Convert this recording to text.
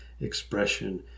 expression